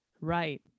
Right